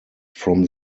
from